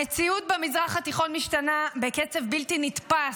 המציאות במזרח התיכון משתנה בקצב בלתי נתפס.